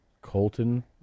Colton